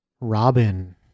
Robin